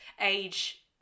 age